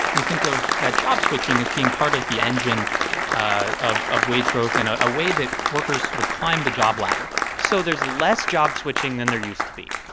we think of that job switching as being part of the engine ah of of wage growth and a ah way that workers sort of climb the job ladder so there's less job switching than there used to be.